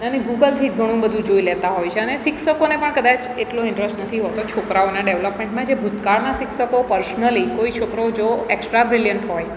અને ગૂગલથી જ ઘણું બધું જોઈ લેતા હોય છે અને શિક્ષકોને પણ કદાચ એટલો ઈન્ટરસ્ટ નથી હોતો છોકરાઓના ડેવલપમેન્ટમાં જે ભૂતકાળના શિક્ષકો પર્સનલી કોઈ છોકરો જો એકસ્ટ્રા બ્રિલિયન્ટ હોય